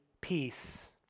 peace